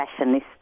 fashionista